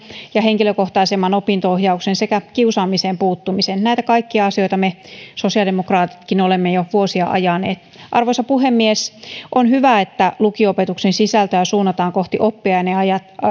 ja henkilökohtaisemman opinto ohjauksen sekä kiusaamiseen puuttumisen näitä kaikkia asioita me sosiaalidemokraatitkin olemme jo vuosia ajaneet arvoisa puhemies on hyvä että lukio opetuksen sisältöä suunnataan kohti oppiainerajat